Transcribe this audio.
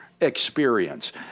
experience